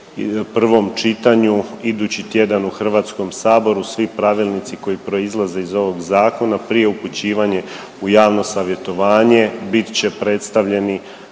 prvom čitanju idući tjedan u Hrvatskom saboru svi pravilnici koji proizlaze iz ovog zakona prije upućivanja u javno savjetovanje bit će predstavljeni